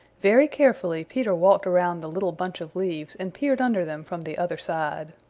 very carefully peter walked around the little bunch of leaves and peered under them from the other side.